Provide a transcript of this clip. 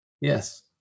Yes